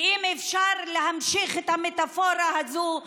ואם אפשר להמשיך את המטאפורה הזאת,